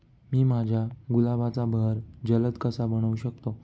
मी माझ्या गुलाबाचा बहर जलद कसा बनवू शकतो?